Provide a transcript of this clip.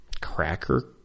cracker